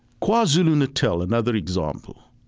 kwazulu-natal, another example,